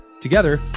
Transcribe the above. Together